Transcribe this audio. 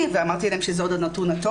שלנו ואמרתי להם שזה עוד הנתון הטוב,